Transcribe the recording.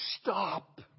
stop